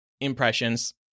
impressions